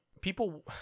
people